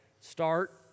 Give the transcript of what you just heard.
start